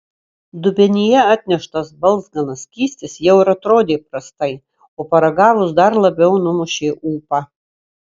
dubenyje atneštas balzganas skystis jau ir atrodė prastai o paragavus dar labiau numušė ūpą